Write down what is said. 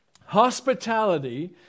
Hospitality